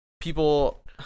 People